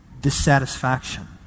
dissatisfaction